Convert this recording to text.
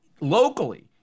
locally